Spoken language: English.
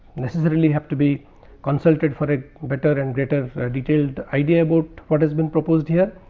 necessarily have to be consulted for a better and greater ah detailed idea about what has been proposed here.